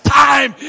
time